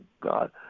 God